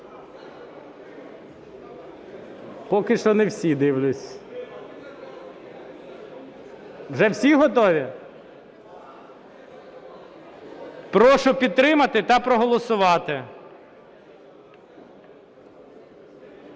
Поки що не всі, дивлюсь. Вже всі готові? Прошу підтримати та проголосувати.